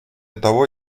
того